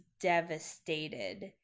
devastated